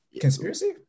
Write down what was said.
conspiracy